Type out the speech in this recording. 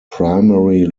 primary